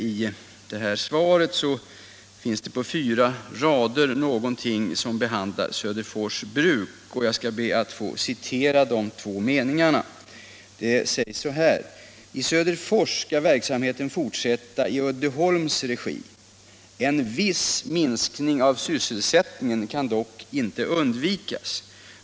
I svaret står: ”I Söderfors skall verksamheten fortsätta i Uddeholms regi. En viss minskning av sysselsättningen kan dock inte undvikas.